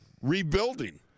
rebuilding